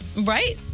right